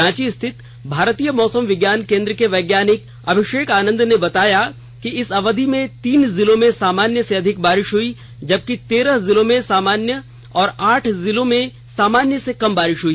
रांची स्थित भारतीय मौसम विज्ञान केंद्र के यैज्ञानिक अभिषेक आनंद ने बताया कि इस अवधि में तीन जिलों में सामान्य से अधिक बारिश हई जबकि तेरह जिलों में सामान्य और आठ जिलों में सामान्य से कम बारिश हुई